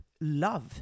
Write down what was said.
love